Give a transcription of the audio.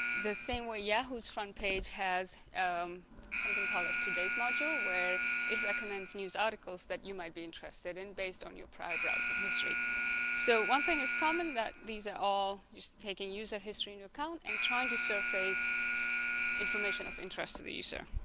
the same way yahoo's front page has something called today's module where it recommends news articles that you might be interested in based on your prior browsing history so one thing is common that these are all just taking user history into account and trying to surface information of interest to the user